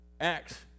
Acts